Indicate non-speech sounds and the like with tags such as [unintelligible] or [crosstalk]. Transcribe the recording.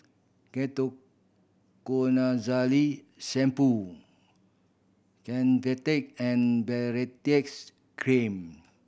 [unintelligible] Shampoo Convatec and Baritex Cream